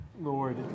Lord